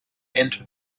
into